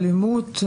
אלימות,